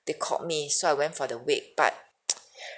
they called me so I went for the wake but